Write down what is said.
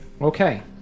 Okay